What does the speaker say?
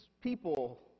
people